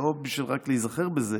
לא רק בשביל להיזכר בזה,